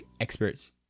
experts